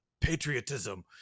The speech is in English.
patriotism